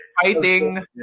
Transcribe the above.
fighting